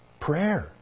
Prayer